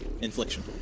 infliction